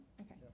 Okay